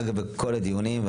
אגב, בכל הדיונים.